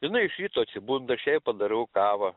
jinai iš ryto atsibunda aš jai padarau kavą